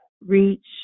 reach